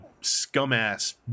scum-ass